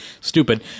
stupid